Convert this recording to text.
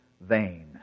vain